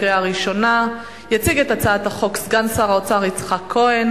עברה בקריאה ראשונה ותועבר לוועדת הכספים של הכנסת.